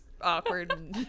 Awkward